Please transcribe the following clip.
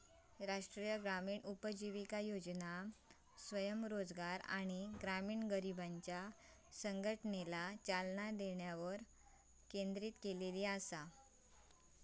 राष्ट्रीय ग्रामीण उपजीविका योजना स्वयंरोजगार आणि ग्रामीण गरिबांच्यो संघटनेला चालना देण्यावर केंद्रित असा